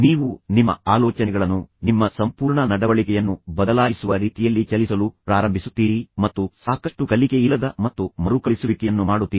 ನೀವು ನಿಮ್ಮ ಆಲೋಚನೆಗಳನ್ನು ನಿಮ್ಮ ಸಂಪೂರ್ಣ ನಡವಳಿಕೆಯನ್ನು ಬದಲಾಯಿಸುವ ರೀತಿಯಲ್ಲಿ ಚಲಿಸಲು ಪ್ರಾರಂಭಿಸುತ್ತೀರಿ ಮತ್ತು ಸಾಕಷ್ಟು ಕಲಿಕೆಯಿಲ್ಲದ ಮತ್ತು ಮರುಕಳಿಸುವಿಕೆಯನ್ನು ಮಾಡುತ್ತೀರಿ